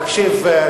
תקשיב,